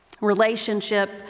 Relationship